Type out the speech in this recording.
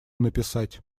написать